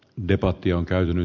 l debatti on käyny